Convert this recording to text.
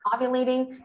ovulating